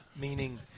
Meaning